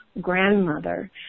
grandmother